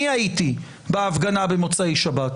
אני הייתי בהפגנה במוצאי שבת.